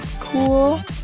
cool